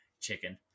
chicken